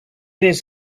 his